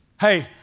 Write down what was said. Hey